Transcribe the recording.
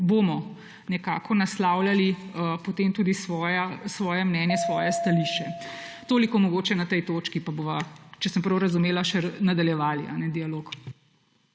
bomo nekako naslavljali potem tudi svoje mnenje, svoje stališče. Toliko mogoče na tej točki, pa bova, če sem prav razumela, še nadaljevali dialog.